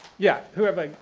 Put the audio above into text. yeah, whoever,